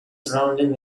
surrounding